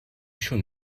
schon